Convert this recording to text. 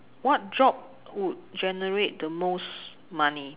what job would generate the most money